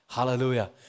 Hallelujah